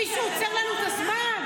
מישהו עוצר לנו את הזמן?